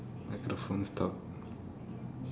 microphone stop